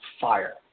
fire